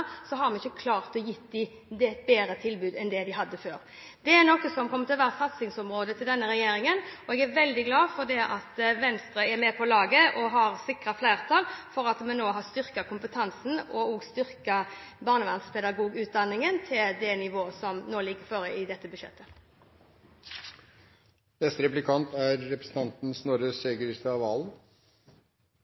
så altfor ofte at når staten går inn og overtar ansvaret for barna, har vi ikke klart å gi dem et bedre tilbud enn det de hadde før. Det er noe som kommer til å være satsingsområdet til denne regjeringen, og jeg er veldig glad for at Venstre er med på laget og har sikret flertall for at vi nå har styrket kompetansen og også barnevernspedagogutdanningen til det nivået som nå foreligger i dette budsjettet. Til replikkordvekslingen mellom Slagsvold Vedum og statsråden er